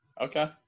Okay